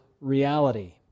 reality